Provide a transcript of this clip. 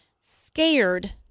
scared